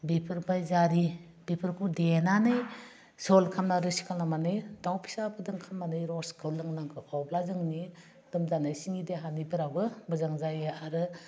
बेफोरबायदिनो जारि बेफोरखौ देनानै जल खालामना रोसि खालामनानै दाउ फिसा बेदर खालामनानै रसखौ लोंनांगौ अब्ला जोंनि लोमजानाय सिंनि देहानिफोरावबो मोजां जायो आरो